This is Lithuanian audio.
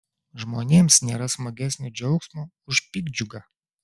žmonėms nėra smagesnio džiaugsmo už piktdžiugą